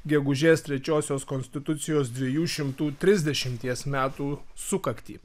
gegužės trečiosios konstitucijos dviejų šimtų trisdešimties metų sukaktį